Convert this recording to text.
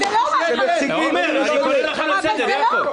למה אקשטיין וויצ"ו